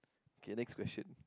okay next question